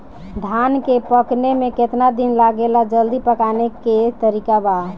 धान के पकने में केतना दिन लागेला जल्दी पकाने के तरीका बा?